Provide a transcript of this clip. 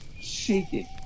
shaking